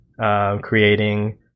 creating